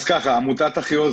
עמותת "אחיעוז",